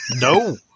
No